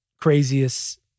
craziest